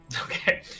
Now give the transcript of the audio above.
Okay